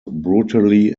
brutally